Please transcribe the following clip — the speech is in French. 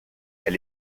elle